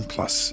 Plus